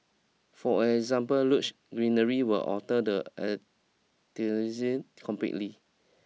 for example greenery will alter the aesthetic completely